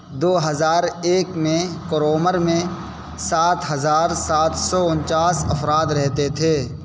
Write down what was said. دو ہزار ایک میں کرومر میں سات ہزار سات سو انچاس افراد رہتے تھے